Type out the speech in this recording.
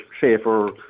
safer